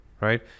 right